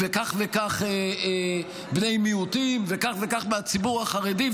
כך וכך בני מיעוטים וכך וכך מהציבור החרדי,